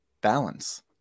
balance